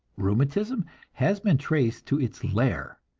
rheumatism has been traced to its lair,